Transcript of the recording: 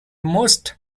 most